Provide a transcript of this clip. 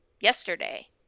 yesterday